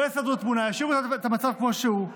לא יסדרו את התמונה וישאירו את המצב כמות שהוא,